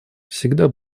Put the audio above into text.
всегда